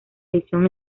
edición